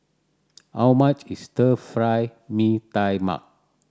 how much is Stir Fried Mee Tai Mak